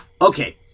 okay